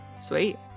Sweet